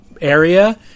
area